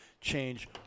change